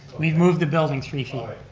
we've moved the building three feet.